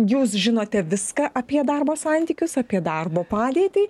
jūs žinote viską apie darbo santykius apie darbo padėtį